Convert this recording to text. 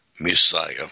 Messiah